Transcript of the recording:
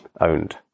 owned